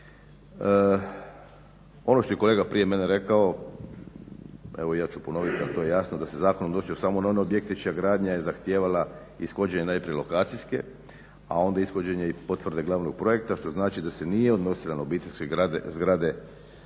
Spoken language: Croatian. Ono što je i kolega prije mene rekao, evo i ja ću ponoviti, ali to je jasno da se zakon odnosio samo na objekte čija gradnja je zahtijevala ishođenje najprije lokacijske, a onda ishođenje i potvrde glavnog projekta što znači da se nije odnosila na obiteljske zgrade